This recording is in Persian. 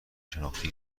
شناختی